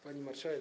Pani Marszałek!